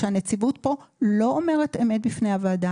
שהנציבות פה לא אומרת אמת בפני הוועדה,